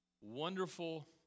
wonderful